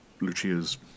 Lucia's